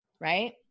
right